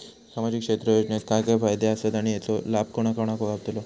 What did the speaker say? सामजिक क्षेत्र योजनेत काय काय फायदे आसत आणि हेचो लाभ कोणा कोणाक गावतलो?